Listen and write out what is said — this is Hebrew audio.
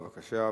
בבקשה,